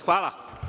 Hvala.